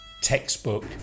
textbook